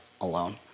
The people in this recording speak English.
alone